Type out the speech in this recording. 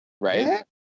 right